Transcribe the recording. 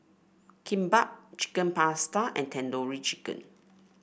Kimbap Chicken Pasta and Tandoori Chicken